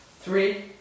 three